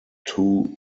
two